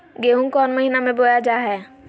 गेहूँ कौन महीना में बोया जा हाय?